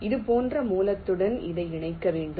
இது போன்ற மூலத்துடன் இதை இணைக்க வேண்டும்